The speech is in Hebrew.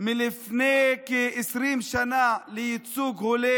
מלפני כ-20 שנה לייצוג הולם